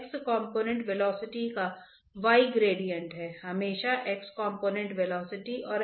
u x की component velocity है और v y की कॉम्पोनेन्ट वेलोसिटी है